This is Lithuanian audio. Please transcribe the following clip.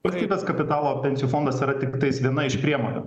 valstybės kapitalo pensijų fondas yra tiktais viena iš priemonių